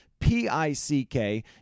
P-I-C-K